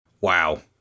Wow